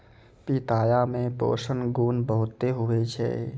पिताया मे पोषण गुण बहुते हुवै छै